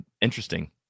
interesting